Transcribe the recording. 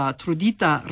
trudita